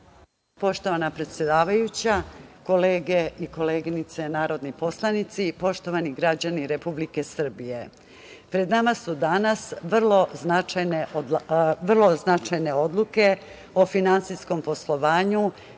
Poštovana predsedavajuća, kolege i koleginice narodni poslanici, poštovani građani Republike Srbije, pred nama su danas vrlo značajne odluke o finansijskom poslovanju